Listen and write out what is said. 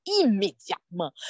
immédiatement